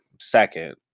second